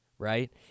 right